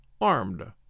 armed